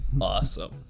Awesome